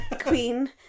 Queen